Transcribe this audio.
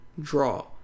draw